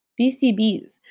BCBs